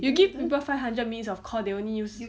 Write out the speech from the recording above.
you give people five hundred minutes of call they only use